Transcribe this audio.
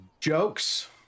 jokes